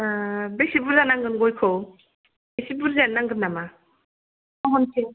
बेसे बुरजा नांगोन गयखौ एसे बुरजायानो नांगोन नामा महनसे